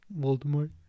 Voldemort